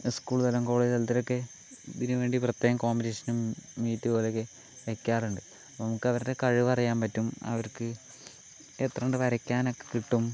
സ്കൂൾതലം college തലത്തിലൊക്കെ ഇതിനുവേണ്ടി പ്രത്യേകം കോമ്പറ്റീഷനും മീറ്റ് പോലെ ഒക്കെ വയ്ക്കാറുണ്ട് അപ്പം നമുക്ക് അവരുടെ കഴിവറിയാൻ പറ്റും അവർക്ക് എത്ര കണ്ട് വരക്കാനൊക്കെ കിട്ടും